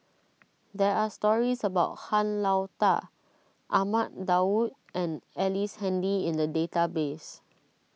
there are stories about Han Lao Da Ahmad Daud and Ellice Handy in the database